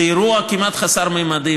זה אירוע כמעט חסר תקדים,